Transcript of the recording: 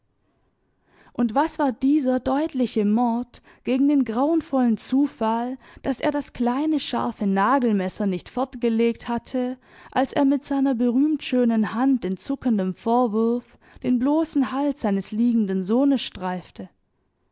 und was war dieser deutliche mord gegen den grauenvollen zufall daß er das kleine scharfe nagelmesser nicht fortgelegt hatte als er mit seiner berühmt schönen hand in zuckendem vorwurf den bloßen hals seines liegenden sohnes streifte